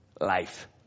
life